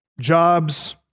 Jobs